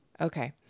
okay